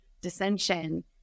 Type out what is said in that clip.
dissension